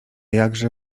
jakże